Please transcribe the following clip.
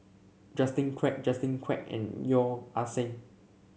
Justin Quek Justin Quek and Yeo Ah Seng